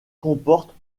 comporte